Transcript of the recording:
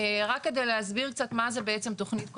רק כדי להסביר קצת מה זה בעצם תכנית כוללנית,